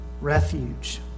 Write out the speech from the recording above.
refuge